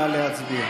נא להצביע.